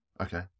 Okay